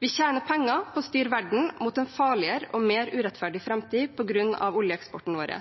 Vi tjener penger på å styre verden mot en farligere og mer urettferdig framtid på grunn av oljeeksporten vår,